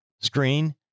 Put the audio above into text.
screen